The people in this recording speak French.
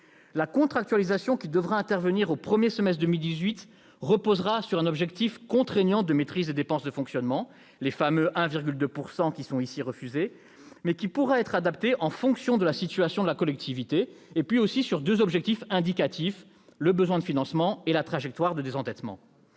La contractualisation qui devra intervenir au premier semestre 2018 reposera sur un objectif contraignant de maîtrise des dépenses de fonctionnement- les fameux 1,2 % refusés ici -, objectif qui pourra être adapté en fonction de la situation de la collectivité et sur deux objectifs indicatifs, à savoir l'évolution du besoin de financement et la trajectoire de désendettement.